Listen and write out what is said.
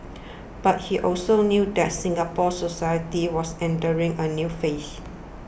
but he also knew that Singapore society was entering a new phase